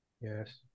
Yes